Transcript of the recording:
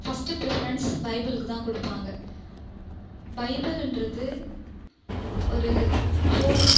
first preference பைபிளுக்குதான் கொடுப்பாங்க பைபிள்ன்றது ஒரு ஹோலி